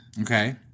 Okay